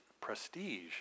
prestige